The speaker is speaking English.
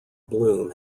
bloom